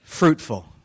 fruitful